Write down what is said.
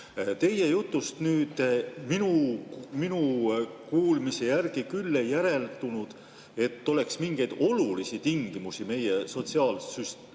Teie jutust minu kuulmise järgi küll ei järeldunud, et oleks mingeid olulisi tingimusi meie sotsiaalsüsteemis